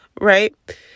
right